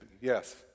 Yes